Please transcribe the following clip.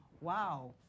wow